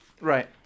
right